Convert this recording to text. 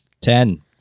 ten